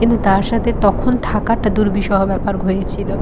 কিন্তু তার সাথে তখন থাকাটা দুর্বিষহ ব্যাপার হয়েছিল